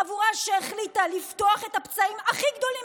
חבורה שהחליטה לפתוח את הפצעים הכי גדולים